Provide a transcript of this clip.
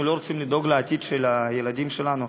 אנחנו לא רוצים לדאוג לעתיד של הילדים שלנו?